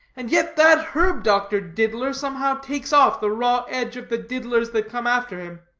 and yet that herb-doctor diddler somehow takes off the raw edge of the diddlers that come after him.